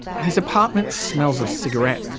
his apartment smells of cigarettes.